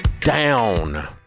down